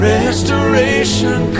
Restoration